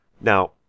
Now